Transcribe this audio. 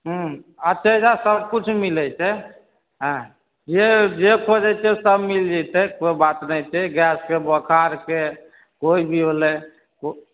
हम्म हँ तऽ अइजाँ सब किछु मिलै छै हँ यौ जे खोजै छै सब मिल जेतै कोइ बात नहि छै गैसके बोखारके कोइ भी होलै ओ